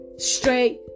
straight